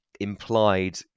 implied